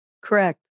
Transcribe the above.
Correct